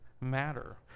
matter